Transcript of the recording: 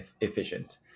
efficient